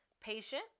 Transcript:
Patient